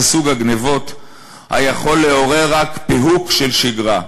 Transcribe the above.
זהו סוג הגנבות / היכול לעורר רק פיהוק של שגרה.